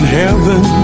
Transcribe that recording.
heaven